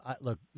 look